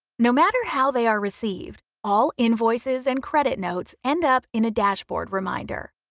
no matter how they are received all invoices and credit notes end up in a dashboard reminder.